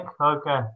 Okay